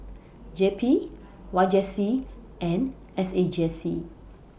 J P Y J C and S A J C